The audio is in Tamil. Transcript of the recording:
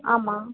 ஆமாம்